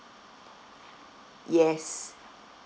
yes